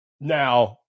now